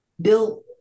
Bill